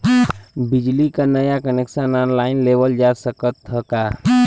बिजली क नया कनेक्शन ऑनलाइन लेवल जा सकत ह का?